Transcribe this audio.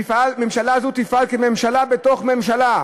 "כממשלה בתוך ממשלה,